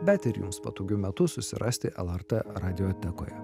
bet ir jums patogiu metu susirasti lrt radiotekoje